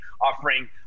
offering